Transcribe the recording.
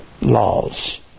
laws